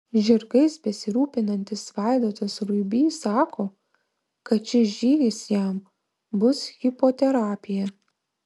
žirgais besirūpinantis vaidotas ruibys sako kad šis žygis jam bus hipoterapija